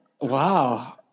Wow